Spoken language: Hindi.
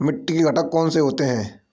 मिट्टी के घटक कौन से होते हैं?